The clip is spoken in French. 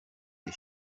des